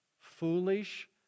foolish